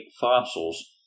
fossils